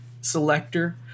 selector